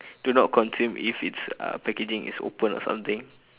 do not consume if it's uh packaging is open or something